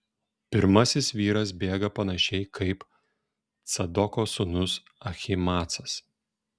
pirmasis vyras bėga panašiai kaip cadoko sūnus ahimaacas